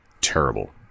terrible